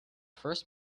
first